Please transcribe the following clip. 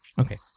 Okay